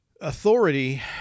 authority